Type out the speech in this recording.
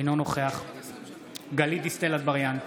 אינו נוכח גלית דיסטל אטבריאן,